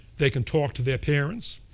they can talk to their parents.